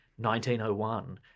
1901